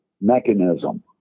mechanism